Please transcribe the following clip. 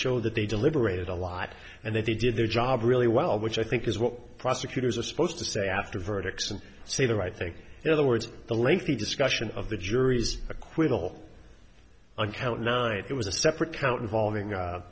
showed that they deliberated a lot and they did their job really well which i think is what prosecutors are supposed to say after verdicts and say the right thing in other words the lengthy discussion of the jury's acquittal on count nine it was a separate count involving